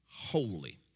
Holy